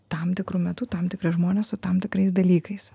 tam tikru metu tam tikri žmonės su tam tikrais dalykais